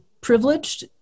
privileged